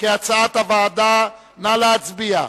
וקבוצת רע"ם-תע"ל,